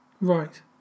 Right